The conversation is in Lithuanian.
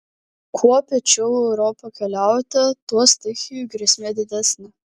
kuo piečiau į europą keliaujate tuo stichijų grėsmė didesnė